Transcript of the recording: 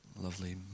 lovely